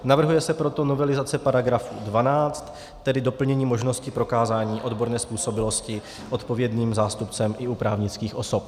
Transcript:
Navrhuje se proto novelizace § 12, tedy doplnění možnosti prokázání odborné způsobilosti odpovědným zástupcem i u právnických osob.